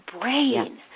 brain